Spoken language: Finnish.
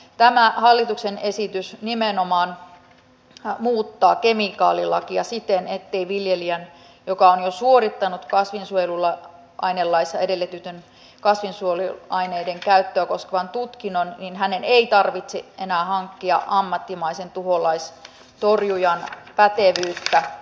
tämä hallituksen esitys nimenomaan muuttaa kemikaalilakia siten ettei viljelijän joka on jo suorittanut kasvinsuojeluainelaissa edellytetyn kasvinsuojeluaineiden käyttöä koskevan tutkinnon tarvitse enää hankkia ammattimaisen tuholaistorjujan pätevyyttä